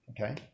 Okay